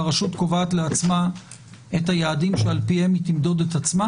והרשות קובעת לעצמה את היעדים שעל פיהם היא תמדוד את עצמה?